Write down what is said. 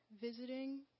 visiting